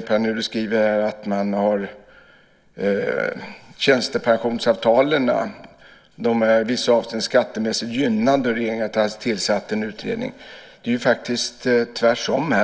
Pär Nuder skriver att tjänstepensionsavtalen i vissa avseenden är skattemässigt gynnade och att regeringen har tillsatt en utredning. Det är faktiskt tvärtom.